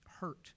hurt